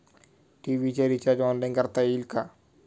TV चे recharge online करता येईल का?